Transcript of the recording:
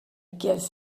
guess